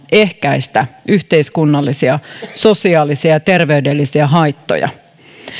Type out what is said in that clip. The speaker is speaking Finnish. ehkäistä yhteiskunnallisia sosiaalisia ja terveydellisiä haittoja